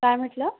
काय म्हटलं